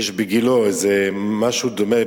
יש בגילה איזה משהו דומה,